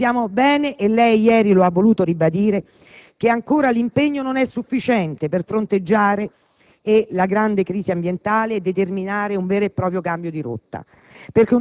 Ma sappiamo bene, e lei ieri lo ha voluto ribadire, che ancora l'impegno non è sufficiente per fronteggiare la grande crisi ambientale e determinare un vero e proprio cambio di rotta.